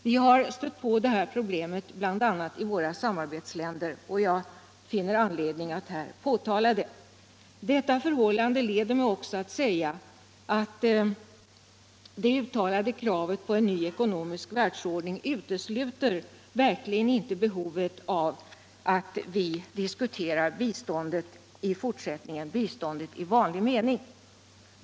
Mun möter de här problemen bl.a. i vära samarbetsländer, och jag finner anledning att påtala detta här. Dessa förhållanden kan vara ett exempel som ger mig anledning att påpeka all det ofta uttalade kravet på en ny världsordning verkligen inte utesluter behovet av att vi i fortsättningen diskuterar biståndsverksamheten i allmänhet.